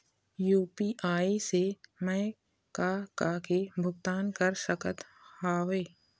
UPI से मैं का का के भुगतान कर सकत हावे?